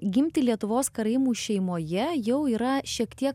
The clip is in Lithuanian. gimti lietuvos karaimų šeimoje jau yra šiek tiek